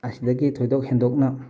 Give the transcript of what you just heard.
ꯑꯁꯤꯗꯒꯤ ꯊꯣꯏꯗꯣꯛ ꯍꯦꯟꯗꯣꯛꯅ